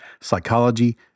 psychology